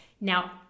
Now